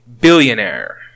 Billionaire